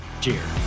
Cheers